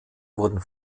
wurden